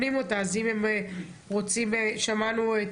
הרעיון המתכלל,